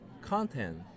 content